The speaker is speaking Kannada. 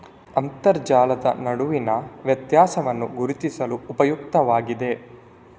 ಅಂತರ್ಜಲದ ನಡುವಿನ ವ್ಯತ್ಯಾಸವನ್ನು ಗುರುತಿಸಲು ಉಪಯುಕ್ತವಾಗಿದೆ